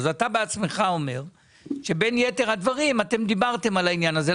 אתה בעצמך אמרת שבין יתר הדברים גם דיברתם על העניין הזה.